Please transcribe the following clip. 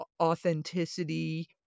authenticity